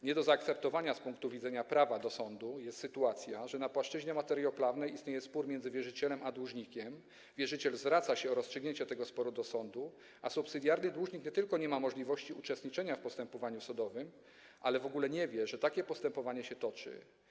Nie do zaakceptowania z punktu widzenia prawa do sądu jest sytuacja, że na płaszczyźnie materialnoprawnej istnieje spór między wierzycielem a dłużnikiem, wierzyciel zwraca się o rozstrzygnięcie tego sporu do sądu, a subsydiarny dłużnik nie tylko nie ma możliwości uczestniczenia w postępowaniu sądowym, ale w ogóle nie wie, że takie postępowanie się toczy.